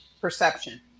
perception